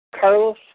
Carlos